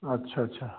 अच्छा अच्छा